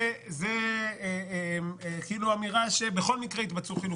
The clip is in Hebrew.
זה כאילו אמירה שבכל מקרה יתבצעו חילופים.